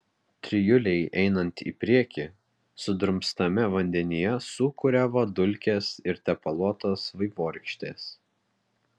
trijulei einant į priekį sudrumstame vandenyje sūkuriavo dulkės ir tepaluotos vaivorykštės